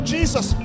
Jesus